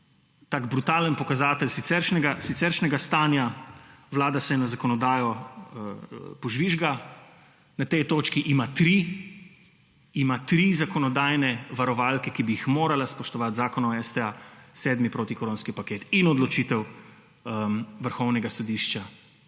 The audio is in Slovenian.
tam brutalen pokazatelj siceršnjega stanja, vlada se na zakonodajo požvižga, na tej točki ima tri zakonodajne varovalke, ki bi jih morala spoštovati, Zakon o STA, sedmi protikoronski paket in odločitev Vrhovnega sodišča.